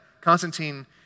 Constantine